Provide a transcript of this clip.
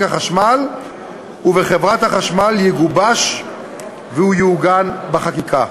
החשמל ובחברת החשמל יגובש ויעוגן בחקיקה.